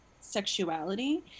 sexuality